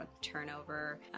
turnover